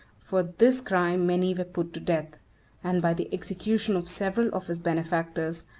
for this crime many were put to death and by the execution of several of his benefactors,